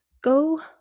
go